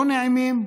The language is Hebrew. לא נעימים,